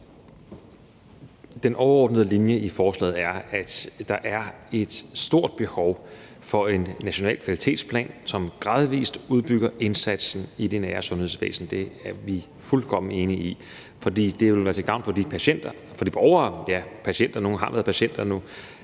Den overordnede linje i forslaget er, at der er et stort behov for en national kvalitetsplan, som gradvis udbygger indsatsen i det nære sundhedsvæsen. Det er vi fuldkommen enige i. For det vil være til gavn for de patienter og for de borgere –